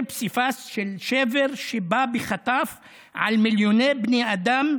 פסיפס של שבר שבא בחטף על מיליוני בני אדם,